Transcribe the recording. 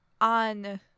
on